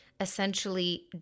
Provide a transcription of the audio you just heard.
Essentially